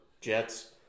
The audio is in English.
Jets